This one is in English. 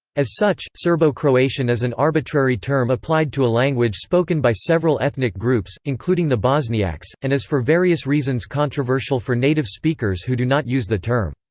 as such, serbo-croatian is an arbitrary term applied to a language spoken by several ethnic groups, including the bosniaks, and is for various reasons controversial for native speakers who do not use the term.